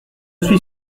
suis